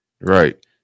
Right